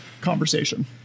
conversation